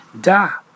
Da